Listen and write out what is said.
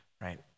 right